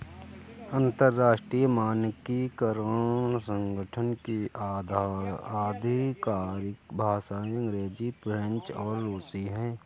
अंतर्राष्ट्रीय मानकीकरण संगठन की आधिकारिक भाषाएं अंग्रेजी फ्रेंच और रुसी हैं